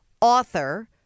author